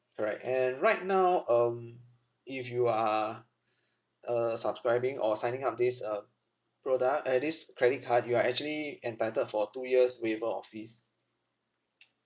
correct and right now um if you are uh subscribing or signing up this uh product uh this credit card you are actually entitled for two years waiver of fees